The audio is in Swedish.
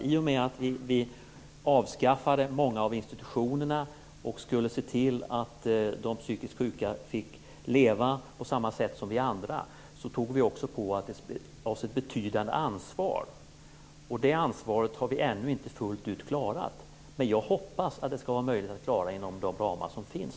I och med att vi avskaffade många av institutionerna och skulle se till att de psykiskt sjuka skulle få leva på samma sätt som vi andra tog vi på oss ett betydande ansvar. Det ansvaret har vi ännu inte fullt ut klarat. Jag hoppas att det skall vara möjligt att klara detta inom de ramar som finns.